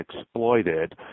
exploited